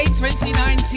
2019